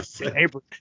neighbor